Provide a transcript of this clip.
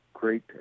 great